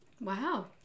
Wow